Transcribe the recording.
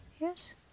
Yes